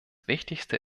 wichtigste